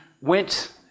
went